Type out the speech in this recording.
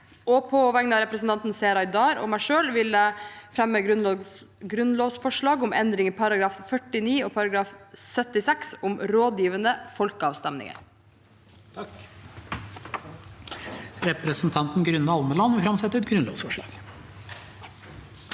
På vegne av representanten Seher Aydar og meg selv vil jeg fremme grunnlovsforslag om endring i §§ 49 og 76 om rådgivende folkeavstemninger.